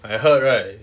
I heard right